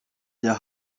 der